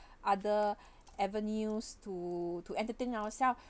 other avenues to to entertain ourselves